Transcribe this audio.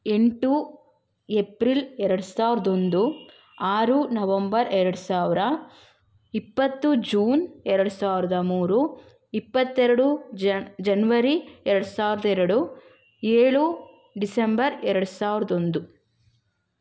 ಎಂಟು ಎಪ್ರಿಲ್ ಎರಡು ಸಾವಿರದ ಒಂದು ಆರು ನವಂಬರ್ ಎರಡು ಸಾವಿರದ ಇಪ್ಪತ್ತು ಜೂನ್ ಎರಡು ಸಾವಿರದ ಮೂರು ಇಪ್ಪತ್ತೆರಡು ಜನ್ವರಿ ಎರಡು ಸಾವಿರದ ಎರಡು ಏಳು ಡಿಸೆಂಬರ್ ಎರಡು ಸಾವಿರದ ಒಂದು